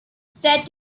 said